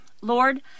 Lord